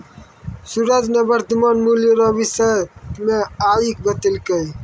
सूरज ने वर्तमान मूल्य रो विषय मे आइ बतैलकै